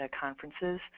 conferences